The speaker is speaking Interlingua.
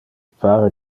pare